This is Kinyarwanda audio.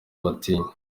batinya